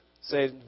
say